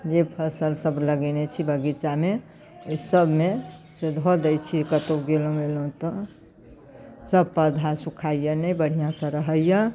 जे फसिलसब लगेने छी बगीचामे ओहिसबमे से धऽ दै छिए कतहु गेलहुँ अएलहुँ तऽ सब पौधा सुखाइए नहि बढ़िआँसँ रहैए